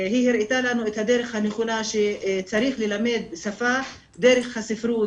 היא הראתה לנו את הדרך הנכונה שצריך ללמד שפה דרך הספרות,